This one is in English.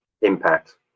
impact